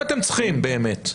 אתם צריכים באמת?